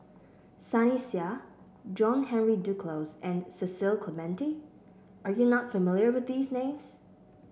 Sunny Sia John Henry Duclos and Cecil Clementi are you not familiar with these names